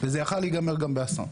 וזה היה יכול להיגמר גם באסון.